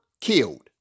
killed